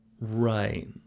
Right